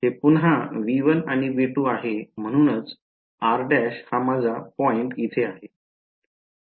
तर हे पुन्हा V1 आणि V2 आहे म्हणूनच r' माझा हा पॉईंट येथे आहे